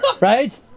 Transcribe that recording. right